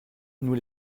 nous